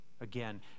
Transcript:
Again